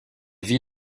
vit